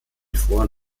foren